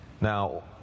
now